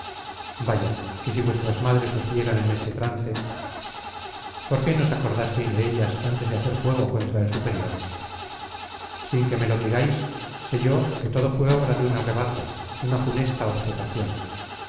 vaya que si vuestras madres os vieran en este trance por qué no os acordasteis de ellas antes de hacer fuego contra el superior sin que me lo digáis sé yo que todo fue obra de un arrebato una funesta obcecación